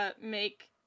make